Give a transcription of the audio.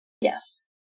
Yes